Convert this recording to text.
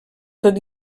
tot